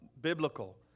biblical